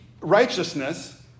righteousness